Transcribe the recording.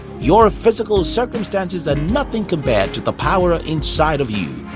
your ah physical circumstances are nothing compare to the power ah inside of you.